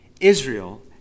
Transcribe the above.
Israel